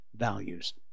Values